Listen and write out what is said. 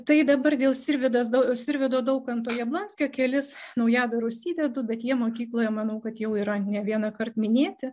tai dabar dėl sirvydas daug sirvydo daukanto jablonskio kelis naujadarus įdedu bet jie mokykloje manau kad jau yra ne vienąkart minėti